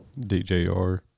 DJR